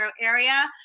area